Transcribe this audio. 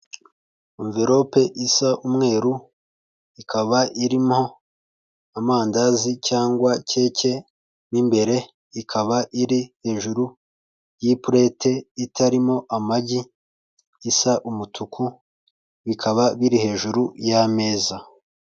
Anverope isa umweru ikaba irimo amandazi cyangwa keke mo imbere , ikaba iri hejuru y'ipurete itarimo amagi isa umutuku, bikaba biri hejuru y'ameza.